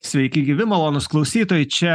sveiki gyvi malonūs klausytojai čia